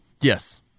Yes